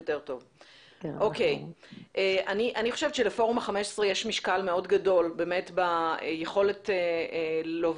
אני חושבת שלפורום ה-15 יש משקל מאוד גדול ביכולת להוביל